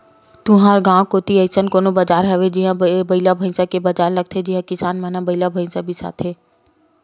तुँहर गाँव कोती अइसन कोनो बजार हवय जिहां बइला भइसा के बजार लगथे जिहां किसान मन ह बइला भइसा बिसाथे